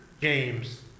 James